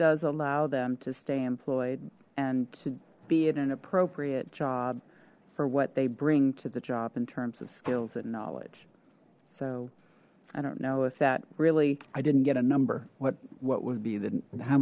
does allow them to stay employed and to be in an appropriate job for what they bring to the job in terms of skills and knowledge so i don't know if that really i didn't get a number what what would be the how